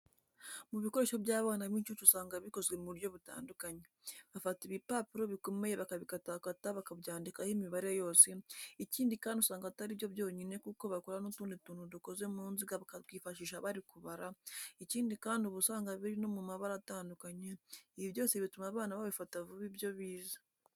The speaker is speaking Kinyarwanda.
Mu bikoresho by'abana b'incuke usanga bikozwe mu buryo butandukanye, bafata ibipapuro bikomeye bakabikatakata bakabyandikaho imibare yose, ikindi kandi usanga atari byo byonyine kuko bakora n'utundi tuntu dukoze mu nziga bakatwifashisha bari kubara, ikindi kandi uba usanga biri no mu mabara atandukanye, ibi byose bituma abana babifata vuba ibyo bize.